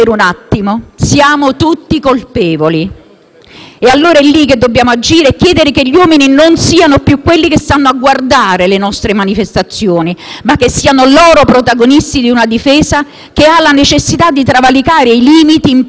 E allora è lì che dobbiamo agire e chiedere che gli uomini non siano più quelli che stanno a guardare le nostre manifestazioni ma che siano loro protagonisti di una difesa che ha la necessità di travalicare i limiti imposti da una società che noi non riconosciamo più.